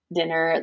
dinner